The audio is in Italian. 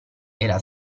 era